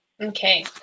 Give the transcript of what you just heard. Okay